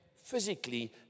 Physically